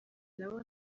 nabo